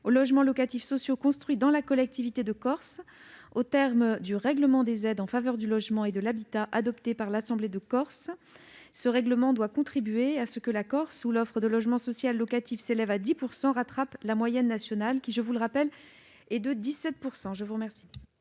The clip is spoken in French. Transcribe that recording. aux logements locatifs sociaux construits dans la collectivité de Corse, conformément au règlement des aides en faveur du logement et de l'habitat adopté par l'Assemblée de Corse. Ce règlement doit contribuer à ce que la Corse, où l'offre de logement social locatif s'élève à 10 %, rattrape la moyenne nationale, qui s'élève à 17 %. Quel est l'avis de la commission